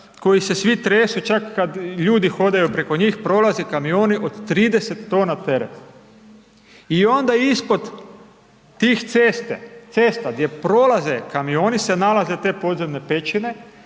koji se svi tresu čak kad ljudi hodaju preko njih, prolaze kamioni od 30 tona tereta i onda ispod tih cesta gdje prolaze kamioni se nalaze te podzemne pećine